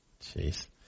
Jeez